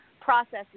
processes